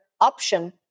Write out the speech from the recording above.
option